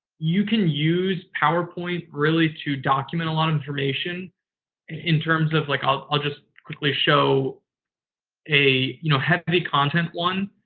you can use powerpoint really to document a lot of information and in terms of. like i'll i'll just quickly show a you know heavy content one,